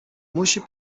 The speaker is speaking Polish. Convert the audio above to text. musi